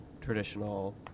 traditional